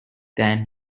than